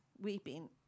weeping